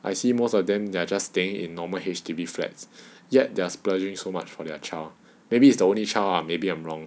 I see most of them they're just staying in normal H_D_B flats yet they're splurging so much for their child maybe it's the only child ah maybe I'm wrong